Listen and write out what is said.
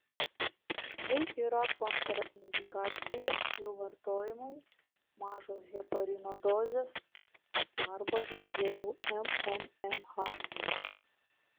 jei yra kontraindikacijų jų vartojimui mažos heparino dozės arba dar geriau mmmh